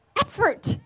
effort